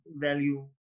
value